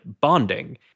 bonding